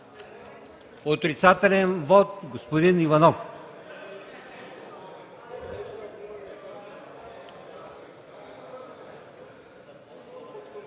Отрицателен вот – господин Иванов.